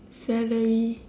celery